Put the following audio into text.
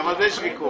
גם על זה יש ויכוח.